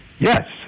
Yes